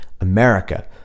America